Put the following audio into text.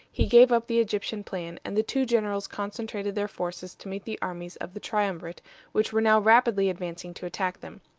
he gave up the egyptian plan, and the two generals concentrated their forces to meet the armies of the triumvirate which were now rapidly advancing to attack them.